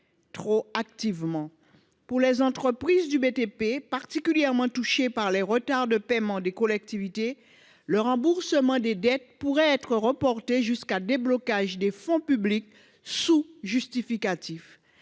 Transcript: rétroactivement. Pour les entreprises du BTP, particulièrement affectées par les retards de paiement des collectivités, le remboursement des dettes pourrait être reporté jusqu’au déblocage des fonds publics, sous réserve de justificatifs.